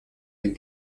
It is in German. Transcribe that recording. den